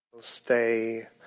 Stay